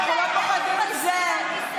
אנחנו לא פוחדים מזה,